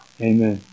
Amen